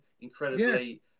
incredibly